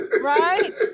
right